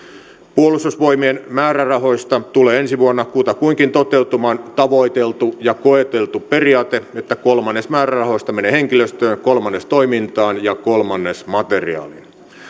puolustusvoimien määrärahoista tulee ensi vuonna kutakuinkin toteutumaan tavoiteltu ja koeteltu periaate että kolmannes määrärahoista menee henkilöstöön kolmannes toimintaan ja kolmannes materiaaliin